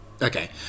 Okay